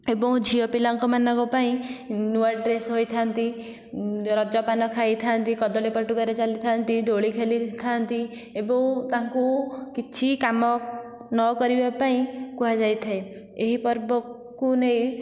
ଏବଂ ଝିଅପିଲାଙ୍କ ମାନଙ୍କ ପାଇଁ ନୂଆ ଡ୍ରେସ୍ ହୋଇଥାନ୍ତି ରଜ ପାନ ଖାଇଥାନ୍ତି କଦଳୀ ପାଟୁକାରେ ଚାଲିଥାନ୍ତି ଦୋଳି ଖେଳିଥାନ୍ତି ଏବଂ ତାଙ୍କୁ କିଛି କାମ ନ କରିବା ପାଇଁ କୁହାଯାଇଥାଏ ଏହି ପର୍ବକୁ ନେଇ